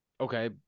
Okay